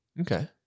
Okay